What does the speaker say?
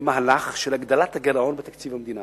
למהלך של הגדלת הגירעון בתקציב המדינה.